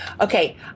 Okay